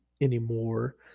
anymore